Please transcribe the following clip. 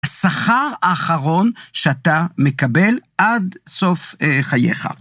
השכר האחרון שאתה מקבל עד סוף חייך.